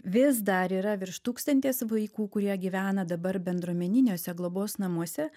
vis dar yra virš tūkstantis vaikų kurie gyvena dabar bendruomeniniuose globos namuose